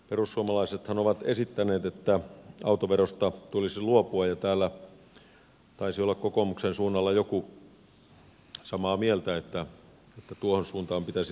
perussuomalaisethan ovat esittäneet että autoverosta tulisi luopua ja täällä taisi olla kokoomuksen suunnalla joku samaa mieltä että tuohon suuntaan pitäisi liikkua